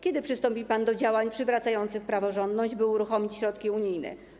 Kiedy przystąpi pan do działań przywracających praworządność, by uruchomić środki unijne?